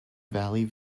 valley